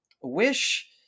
wish